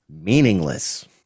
meaningless